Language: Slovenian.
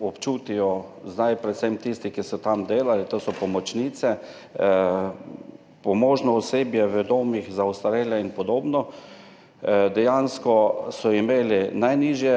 občutijo zdaj predvsem tisti, ki so tam delali, to so pomočnice, pomožno osebje v domih za ostarele in podobno. Dejansko so imeli najnižje